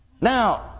Now